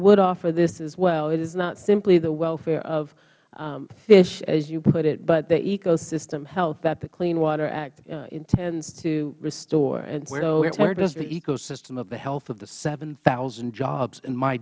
would offer this as well it is not simply the welfare of fish as you put it but the ecosystem health that the clean water act intends to restore mister meehan where does the ecosystem of the health of the seven thousand jobs in my